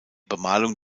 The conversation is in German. bemalung